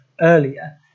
earlier